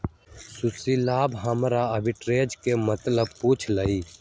सुशीलवा ने हमरा आर्बिट्रेज के मतलब पूछ लय